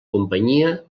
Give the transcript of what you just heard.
companyia